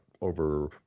over